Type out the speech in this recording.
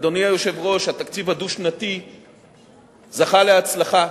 אדוני היושב-ראש, התקציב הדו-שנתי זכה להצלחה,